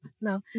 No